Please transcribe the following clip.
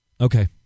Okay